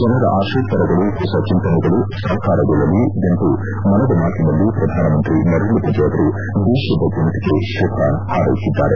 ಜನರ ಆಶೋತ್ತರಗಳು ಹೊಸ ಚಿಂತನೆಗಳು ಸಾಕಾರಗೊಳ್ಳಲಿ ಎಂದು ಮನದ ಮಾತಿನಲ್ಲಿ ಪ್ರಧಾನಮಂತ್ರಿ ನರೇಂದ್ರ ಮೋದಿ ಅವರು ದೇಶದ ಜನತೆಗೆ ಶುಭ ಹಾರೈಸಿದ್ದಾರೆ